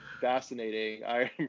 fascinating